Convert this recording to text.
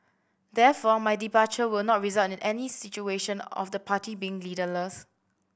therefore my departure will not result in any situation of the party being leaderless